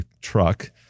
truck